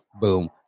boom